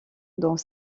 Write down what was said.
dans